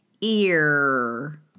Ear